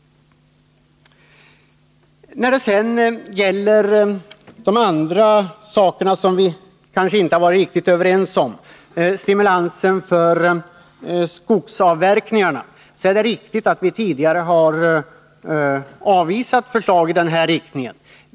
När det sedan gäller att stimulera till skogsavverkningar, något som vi kanske inte varit helt överens om, så vill jag framhålla att det är riktigt att vi tidigare har avvisat förslag i den här riktningen.